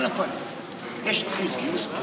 של חברת הכנסת